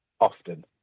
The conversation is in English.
often